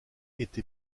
été